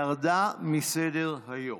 ירדה מסדר-היום.